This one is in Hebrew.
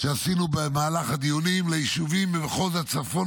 שעשינו במהלך הדיונים ליישובים במחוז הצפון